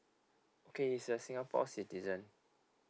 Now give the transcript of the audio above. okay is a singapore citizen